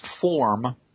form